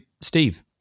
Steve